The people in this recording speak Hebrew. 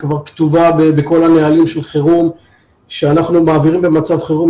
הוא כבר כתוב בכל הנהלים של חירום שאנחנו מעבירים במצב חירום